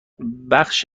بخش